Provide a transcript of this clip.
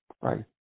right